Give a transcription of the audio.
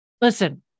Listen